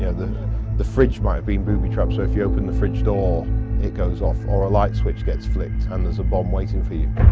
yeah the the fridge might have been booby-trapped, so if you open the fridge door it goes off. or a light switch gets flicked and there's a bomb waiting for you.